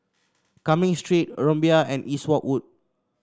Cumming Street Rumbia and Eastwood Walk